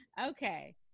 Okay